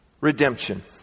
redemption